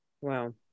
Wow